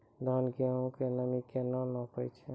धान, गेहूँ के नमी केना नापै छै?